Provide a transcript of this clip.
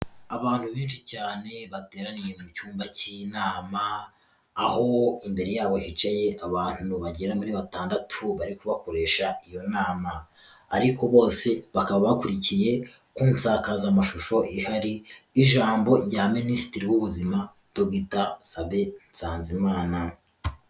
Abantu benshi cyane bateraniye mu cyumba cy'inama, aho imbere yabo hicaye abantu bagera muri batandatu bari kubakoresha iyo nama ariko bose bakaba bakurikiye ku nsakazamashusho ihari ijambo rya Minisitiri w'Ubuzima Dr. Sabien Nsanzimana.